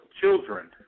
Children